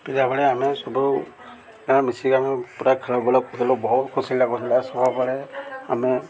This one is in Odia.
ପିଲାବେଳେ ଆମେ ସବୁ ମିଶିକି ଆମେ ପୁରା ଖେଳବୁଲା ବହୁତ ଖୁସିି ଲାଗୁଥିଲା ସବୁବେଳେ ଆମେ